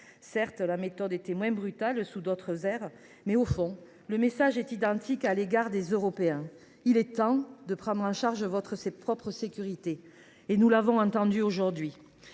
Certes, la méthode était moins brutale sous d’autres ères, mais, au fond, le message était identique à l’égard des Européens : il est temps de prendre en charge votre propre sécurité. Nous l’avons entendu. Aujourd’hui,